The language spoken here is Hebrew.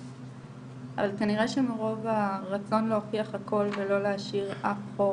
אז כנראה שמרוב הרצון להוכיח הכול ולא להשאיר אף דבר,